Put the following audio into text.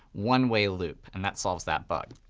one-way loop, and that solves that bug.